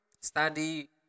study